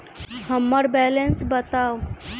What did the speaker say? हम्मर बैलेंस बताऊ